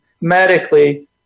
medically